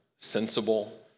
sensible